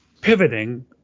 pivoting